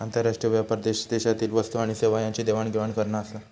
आंतरराष्ट्रीय व्यापार देशादेशातील वस्तू आणि सेवा यांची देवाण घेवाण करना आसा